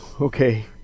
Okay